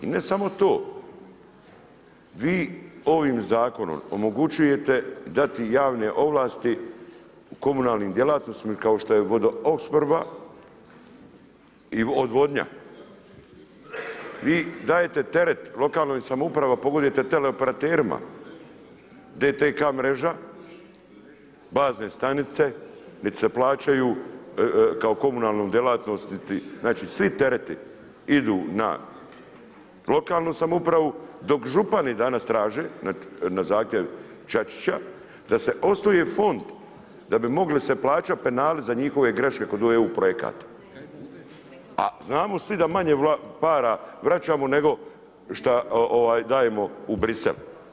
I ne samo to, vi ovim zakonom omogućujete dati javne ovlasti u komunalnim djelatnostima kao što je vodoopskrba i odvodnja, vi dajte teret lokalnim samouprava pogodujete teleoperaterima, DDK mreža bazne stanice niti se plaćaju kao komunalna djelatnost, znači svi tereti idu na lokalnu samoupravu dok župani danas traže na zahtjev Čačića, da se osnuje fond da bi se mogli plaćati penali za njihove greške kod eu projekata, a znamo svi da manje para vraćamo nego šta dajemo u Bruxelles.